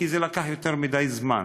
כי זה לקח יותר מדי זמן.